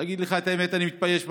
להגיד לך את האמת, אני מתבייש בממשלה.